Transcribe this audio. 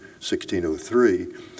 1603